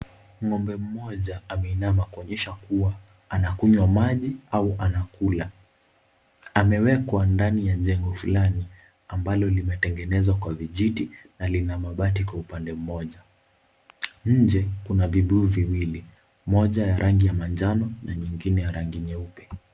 Ngombe mmoja ameinama kuonyesha kuwa anakunywa maji au anakula. Amewekwa ndani ya jengo fulani ambalo limetengenezwa kwa vijiti na lina mabati kwa upande mmoja. Nje kuna vibuyu viwili; moja ya rangi ya manjano na nyingine ya rangi nyeupe.